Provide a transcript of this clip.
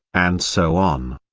and so on.